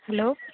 hello